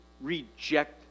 reject